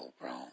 wrong